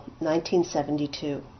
1972